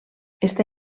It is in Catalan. està